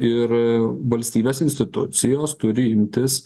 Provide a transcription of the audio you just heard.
ir valstybės institucijos turi imtis